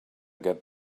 get